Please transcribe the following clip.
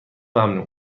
ممنوع